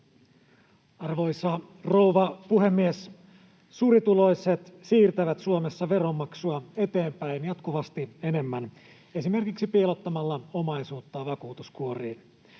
Arvoisa rouva puhemies! Suurituloiset siirtävät Suomessa veronmaksua eteenpäin jatkuvasti enemmän, esimerkiksi piilottamalla omaisuuttaan vakuutuskuoriin.